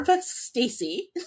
Stacy